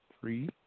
three